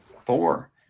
four